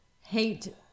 hate